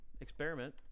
experiment